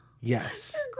Yes